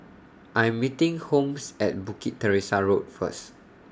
I'm meeting Holmes At Bukit Teresa Road First